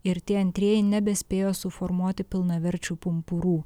ir tie antrieji nebespėjo suformuoti pilnaverčių pumpurų